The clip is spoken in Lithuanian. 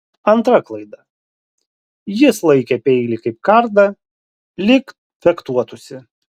antra klaida jis laikė peilį kaip kardą lyg fechtuotųsi